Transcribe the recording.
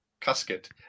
casket